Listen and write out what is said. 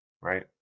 Right